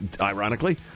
ironically